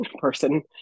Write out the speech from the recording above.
person